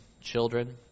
children